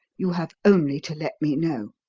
you have only to let me know.